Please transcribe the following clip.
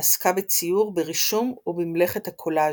עסקה בציור, ברישום ובמלאכת הקולאז',